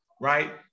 right